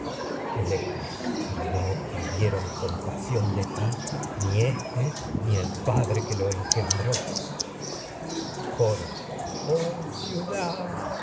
electra pero no obtuvieron compasión de ti ni éste ni el coro este padre que lo engendró ciudad